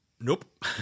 Nope